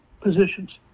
positions